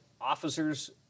Officers